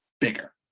bigger